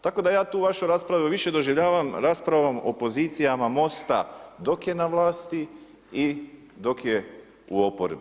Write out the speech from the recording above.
Tako da ja tu vašu raspravu više doživljavam raspravom o pozicijama Mosta dok je na vlasti i dok je u oporbi.